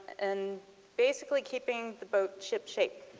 and basically keeping the boat ship shape.